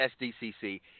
SDCC